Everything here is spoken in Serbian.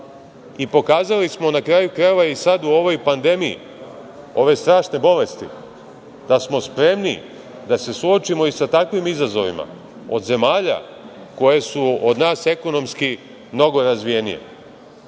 Pokazali smo, na kraju krajeva, i sad u ovoj pandemiji ove strašne bolesti da smo spremniji da se suočimo i sa takvim izazovima od zemalja koje su od nas ekonomski mnogo razvijenije. Mi